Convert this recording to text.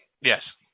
Yes